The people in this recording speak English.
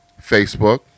Facebook